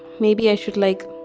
maybe i should, like,